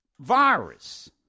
virus